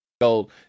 gold